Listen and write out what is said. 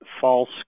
false